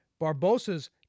Barbosa's